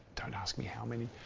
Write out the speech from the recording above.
don't ask me how many.